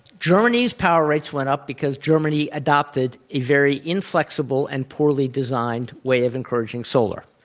germany's power rates went up because germany adopted a very inflexible and poorly designed way of encouraging solar.